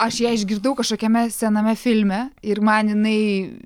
aš ją išgirdau kažkokiame sename filme ir man jinai